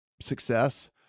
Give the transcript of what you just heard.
success